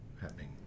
happening